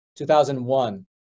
2001